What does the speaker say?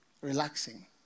relaxing